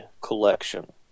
Collection